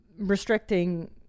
restricting